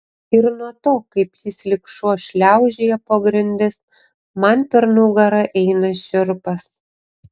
ir nuo to kaip jis lyg šuo šliaužioja po grindis man per nugarą eina šiurpas